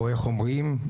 איך אומרים?